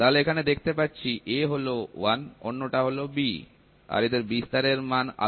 তাহলে এখানে দেখতে পাচ্ছি Aহল 1 অন্যটা হল B আর এদের বিস্তার এর মান আলাদা